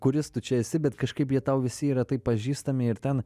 kuris tu čia esi bet kažkaip jie tau visi yra taip pažįstami ir ten